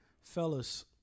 Fellas